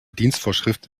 dienstvorschrift